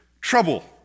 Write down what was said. trouble